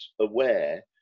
aware